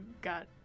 got